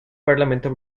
parlamento